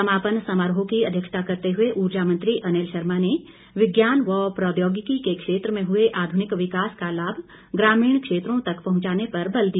समापन समारोह की अध्यक्षता करते हुए ऊर्जा मंत्री अनिल शर्मा ने विज्ञान व प्रौद्योगिकी के क्षेत्र में हुए आधुनिक विकास का लाभ ग्रामीण क्षेत्रों तक पहुंचाने पर बल दिया